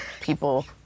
People